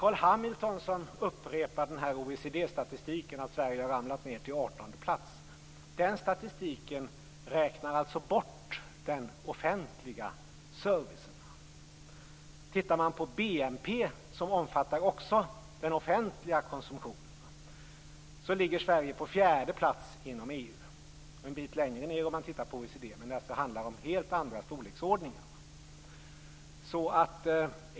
Carl B Hamilton upprepar OECD-statistiken där Sverige har ramlat ned till 18 plats. I den statistiken räknas den offentliga servicen bort. Jämför man BNP, som omfattar också den offentliga konsumtionen, ligger Sverige på fjärde plats inom EU och en bit längre ned inom OECD. Det handlar alltså om helt andra storleksordningar.